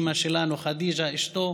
אימא שלנו ח'דיג'ה, אשתו